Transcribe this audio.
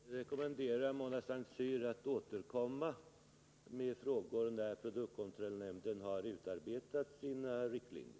Fru talman! Jag rekommenderar Mona S:t Cyr att återkomma med frågor när produktkontrollnämnden har utarbetat sina riktlinjer.